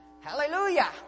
hallelujah